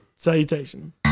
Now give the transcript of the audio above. Salutation